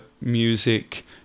music